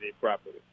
properly